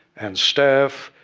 and staff,